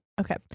Okay